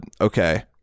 okay